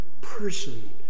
person